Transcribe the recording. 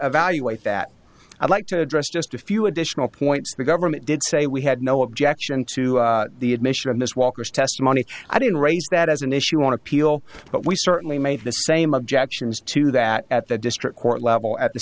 evaluate that i'd like to address just a few additional points the government did say we had no objection to the admission of miss walker's testimony i didn't raise that as an issue on appeal but we certainly made the same objections to that at the district court level at the